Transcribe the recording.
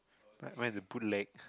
like mine is the boot leg